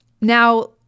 now